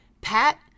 Pat